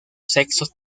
sexos